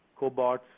cobots